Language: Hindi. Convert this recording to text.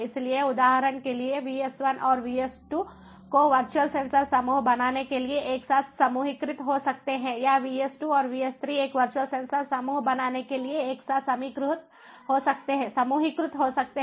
इसलिए उदाहरण के लिए VS1 और VS2 को वर्चुअल सेंसर समूह बनाने के लिए एक साथ समूहीकृत हो सकते हैं या VS2 और VS3 एक वर्चुअल सेंसर समूह बनाने के लिए एक साथ समूहीकृत हो सकते हैं